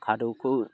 खादौखौ